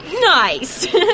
nice